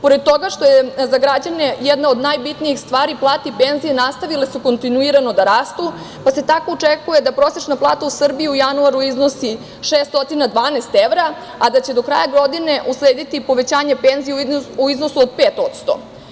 Pored toga što su, za građane jedna od najbitnijih stvari, plate i penzije nastavile kontinuirano da rastu, pa se tako očekuje da prosečna plata u Srbiji u januaru iznosi 612 evra, a da će do kraja godine uslediti povećanje penzija u iznosu od 5%